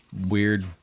weird